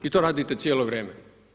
I to radite cijelo vrijeme.